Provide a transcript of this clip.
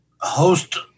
host